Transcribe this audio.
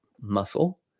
muscle